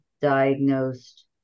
diagnosed